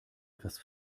etwas